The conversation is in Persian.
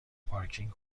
پارکینگ